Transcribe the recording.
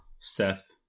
Seth